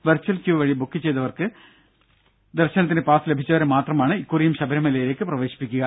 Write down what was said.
virtual queue വഴി book ചെയ്ത് ദർശനത്തിന് പാസ്സ് ലഭിച്ചവരെ മാത്രമാണ് ഇക്കുറിയും ശബരിമലയിലേക്ക് പ്രവേശിപ്പിക്കുക